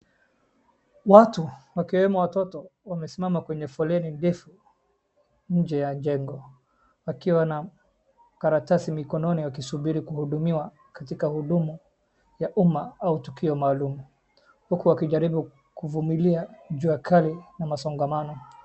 Watu wakiwemo watoto wamesimama kwenye foleni ndefu nje ya jengo wakiwa na karatasi mikononi wakisubiri kuhudumiwa katika huduma ya umma au tukio maalum uku wakijaribu kuvumilia jua kali na masongamano.